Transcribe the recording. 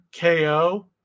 KO